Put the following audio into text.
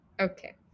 okay